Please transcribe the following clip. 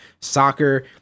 soccer